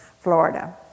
Florida